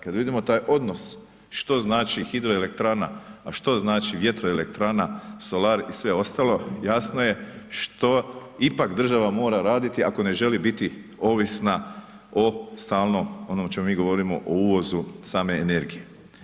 Kada vidimo taj odnos što znači hidroelektrana, a što znači vjetroelektrana, solar i sve ostalo jasno je što ipak država mora raditi ako ne želi biti ovisno o stalno, onom o čemu mi govorimo o uvozu same energije.